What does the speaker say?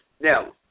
Now